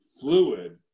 fluid